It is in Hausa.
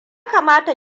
kamata